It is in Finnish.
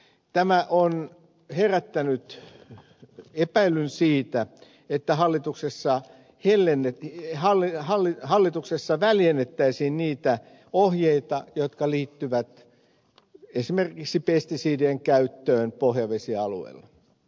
tämä on herättänyt epäilyn siitä että hallituksessa heille nyt halli jäähallin hallituksessa väljennettäisiin niitä ohjeita jotka liittyvät esimerkiksi pestisidien käyttöön pohjavesialueilla